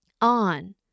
on